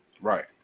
right